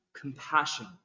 compassion